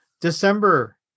December